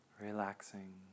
Relaxing